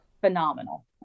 phenomenal